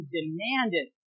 demanded